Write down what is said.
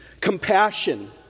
Compassion